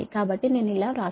కాబట్టి నేను ఇలా వ్రాస్తాను